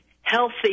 healthy